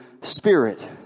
spirit